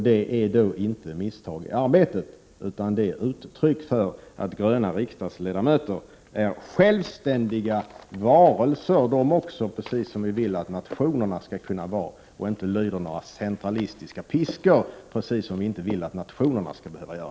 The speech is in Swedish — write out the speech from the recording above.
Det är då inte misstag i arbetet utan uttryck för att gröna riksdagsledamöter är självständiga varelser de också, precis som vi vill att nationerna skall vara, som inte lyder några centralistiska piskor, precis som vi inte vill att nationerna skall behöva göra.